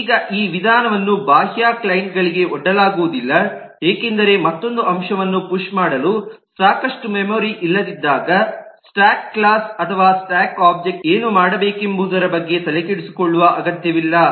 ಈಗ ಈ ವಿಧಾನವನ್ನು ಬಾಹ್ಯ ಕ್ಲೈಂಟ್ ಗಳಿಗೆ ಒಡ್ಡಲಾಗುವುದಿಲ್ಲ ಏಕೆಂದರೆ ಮತ್ತೊಂದು ಅಂಶವನ್ನು ಪುಶ್ ಮಾಡಲು ಸಾಕಷ್ಟು ಮೆಮೊರಿ ಇಲ್ಲದಿದ್ದಾಗ ಸ್ಟಾಕ್ ಕ್ಲಾಸ್ ಅಥವಾ ಸ್ಟಾಕ್ ಒಬ್ಜೆಕ್ಟ್ ಏನು ಮಾಡಬೇಕೆಂಬುದರ ಬಗ್ಗೆ ತಲೆಕೆಡಿಸಿಕೊಳ್ಳುವ ಅಗತ್ಯವಿಲ್ಲ